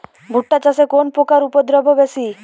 ভুট্টা চাষে কোন পোকার উপদ্রব বেশি?